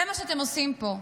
זה מה שאתם עושים פה.